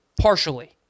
Partially